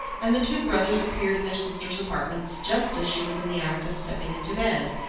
and the two brothers appeared in their sister's apartments just as she was in the act of stepping into bed,